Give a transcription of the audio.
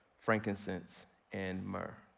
frankincense and myrrh.